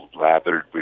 lathered